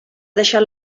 deixar